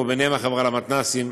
ובהם החברה למתנ"סים,